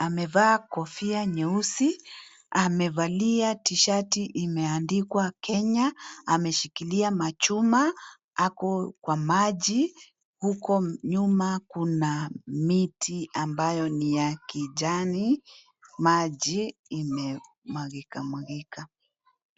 amevaa kofia nyeusi. Amevalia tishati imeandikwa "Kenya". Ameshikilia machuma. Ako kwa maji. Huko nyuma kuna miti ambayo ni ya kijani. Maji imemwagika mwagika.